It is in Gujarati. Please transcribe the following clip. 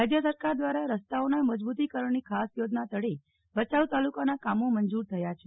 રાજ્ય સરકાર દ્વારા રસ્તાઓના મજબૂતીકરણની ખાસ યોજાના તળે ભયાઉ તાલુકાના કામો મંજુર થયા છે